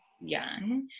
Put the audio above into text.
young